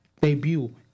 debut